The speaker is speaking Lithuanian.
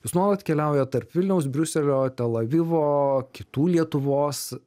jūs nuolat keliauja tarp vilniaus briuselio tel avivo kitų lietuvos